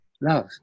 love